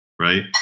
right